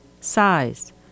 size